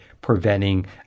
preventing